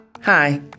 Hi